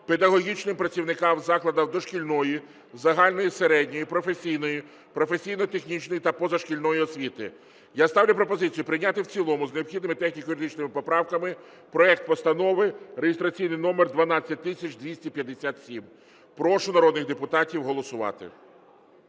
педагогічним працівникам закладів дошкільної, загальної середньої, професійної (професійно-технічної) та позашкільної освіти. Я ставлю пропозицію прийняти в цілому з необхідними техніко-юридичними поправками проект Постанови реєстраційний номер 12257. Прошу народних депутатів голосувати.